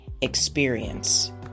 experience